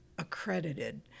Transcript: accredited